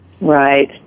Right